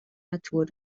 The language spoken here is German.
natur